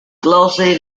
closely